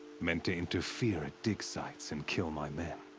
meant to interfere at dig sites and kill my men.